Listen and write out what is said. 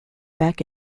back